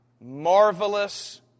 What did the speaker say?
marvelous